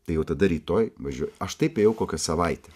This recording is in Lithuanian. tai jau tada rytoj važiuoju aš taip ėjau kokią savaitę